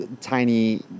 tiny